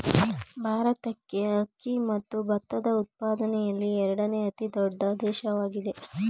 ಭಾರತಕ್ಕೆ ಅಕ್ಕಿ ಮತ್ತು ಭತ್ತದ ಉತ್ಪಾದನೆಯಲ್ಲಿ ಎರಡನೇ ಅತಿ ದೊಡ್ಡ ದೇಶವಾಗಿದೆ